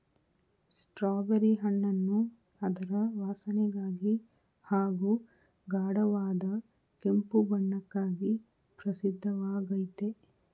strawberry ಹಣ್ಣನ್ನು ಅದರ ವಾಸನೆಗಾಗಿ ಹಾಗೂ ಗಾಢವಾದ ಕೆಂಪು ಬಣ್ಣಕ್ಕಾಗಿ ಪ್ರಸಿದ್ಧವಾಗಯ್ತೆ